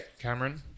cameron